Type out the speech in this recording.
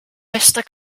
bester